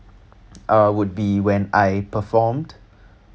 uh would be when I performed